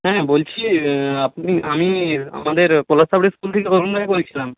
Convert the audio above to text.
হ্যাঁ বলছি আপনি আমি আমাদের পলাশচাবরি স্কুল বলছিলাম